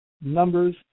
numbers